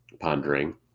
pondering